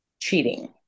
cheating